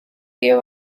iyo